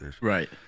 right